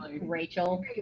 Rachel